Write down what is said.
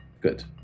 Good